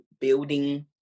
building